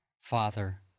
Father